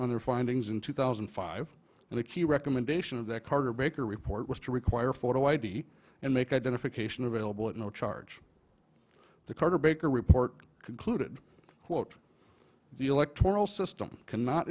on their findings in two thousand and five and the key recommendation of the carter baker report was to require photo id and make identification available at no charge the carter baker report concluded quote the electoral system cannot